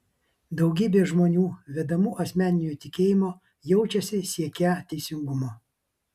daugybė žmonių vedamų asmeninio tikėjimo jaučiasi siekią teisingumo